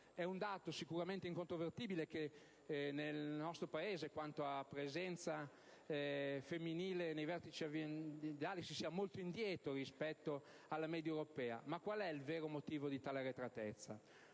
È un dato sicuramente incontrovertibile che nel nostro Paese, quanto a presenza femminile nei vertici aziendali, siamo molto indietro rispetto alla media europea. Ma qual è il vero motivo di tale arretratezza?